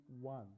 one